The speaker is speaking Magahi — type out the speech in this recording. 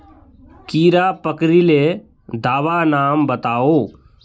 कीड़ा पकरिले दाबा नाम बाताउ?